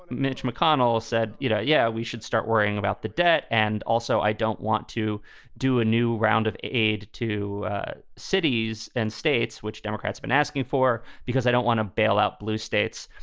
mitch mcconnell said, you know, yeah, we should start worrying about the debt. and also, i don't want to do a new round of aid to cities and states which democrats been asking for because i don't want to bail out blue states.